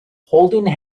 holding